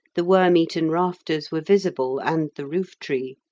the worm-eaten rafters were visible, and the roof tree.